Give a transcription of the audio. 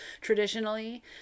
traditionally